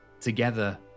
together